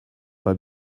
pas